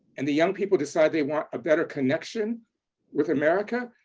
and the young people decide they want a better connection with america,